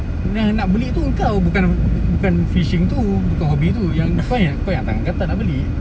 yang nak beli itu engkau bukan bukan fishing tu bukan hobi tu yang kau yang kau yang tangan gatal nak beli